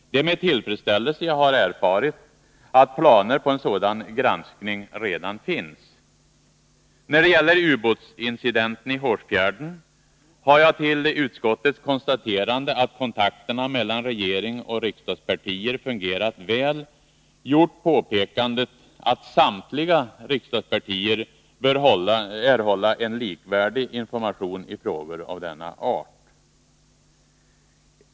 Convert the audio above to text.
Det är med tillfredsställelse jag har erfarit att planer på en sådan granskning redan finns. När det gäller ubåtsincidenten i Hårsfjärden har jag till utskottets konstaterande att kontakterna mellan regering och riksdagspartier fungerat väl, gjort påpekandet att samtliga riksdagspartier bör erhålla en likvärdig information i frågor av denna art.